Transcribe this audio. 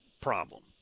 problem